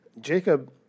Jacob